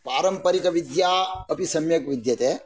पारम्परिकविद्या अपि सम्यक् विद्यते